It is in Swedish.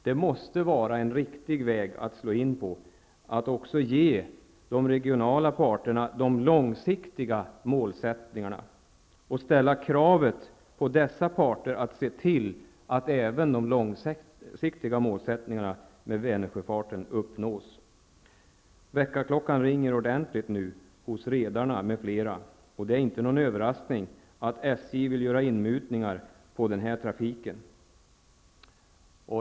Det måste vara en riktig väg att slå in på att ge också de regionala parterna långsiktiga mål och att ställa kravet att parterna skall se till att även de långsiktiga målen med Vänersjöfarten uppnås. Väckarklockan ringer ordentligt nu hos redarna m.fl. Det är ingen överraskning att SJ vill göra inmutningar på den här trafiken.